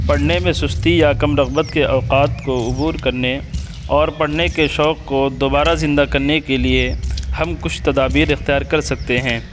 پڑھنے میں سستی یا کم رغبت کے اوقات کو عبور کرنے اور پڑھنے کے شوق کو دوبارہ زندہ کرنے کے لیے ہم کچھ تدابیر اختیار کر سکتے ہیں